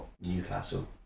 Newcastle